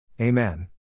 Amen